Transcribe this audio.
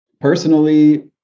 Personally